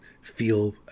feel